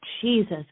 Jesus